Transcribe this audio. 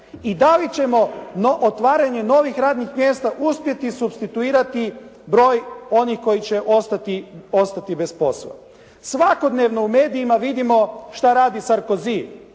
i da li ćemo otvaranje novih radnih mjesta uspjeti supstituirati broj onih koji će ostati bez posla. Svakodnevno u medijima vidimo što radi Sarkozy,